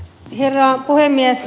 herra puhemies